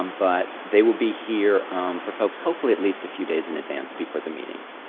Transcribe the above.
um but they will be here for folks hopefully at least a few days in advance before the meetings.